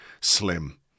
slim